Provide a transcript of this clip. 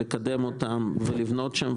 לקדם אותם ולבנות בהם.